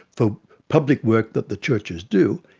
for public work that the churches do,